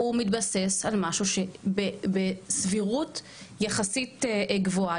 הוא מתבסס על משהו שבסבירות יחסית גבוהה,